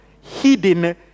hidden